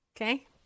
Okay